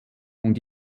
und